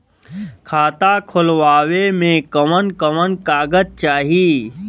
खाता खोलवावे में कवन कवन कागज चाही?